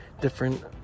different